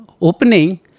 opening